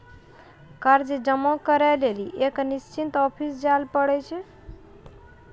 कर जमा करै लेली एक निश्चित ऑफिस जाय ल पड़ै छै